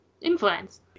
influence